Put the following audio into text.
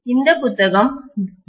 இந்த புத்தகம் பி